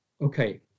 okay